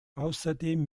außerdem